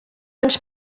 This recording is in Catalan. ens